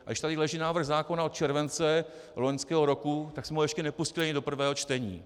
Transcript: A když tady leží návrh zákona od července loňského roku, tak jsme ho ještě nepustili ani do prvého čtení.